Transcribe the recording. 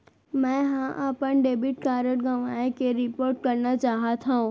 मै हा अपन डेबिट कार्ड गवाएं के रिपोर्ट करना चाहत हव